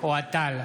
אוהד טל,